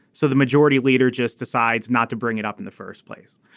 so the majority leader just decides not to bring it up in the first place.